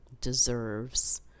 deserves